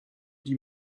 die